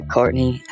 Courtney